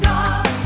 God